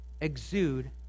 exude